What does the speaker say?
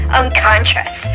unconscious